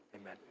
amen